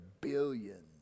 billions